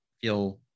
feel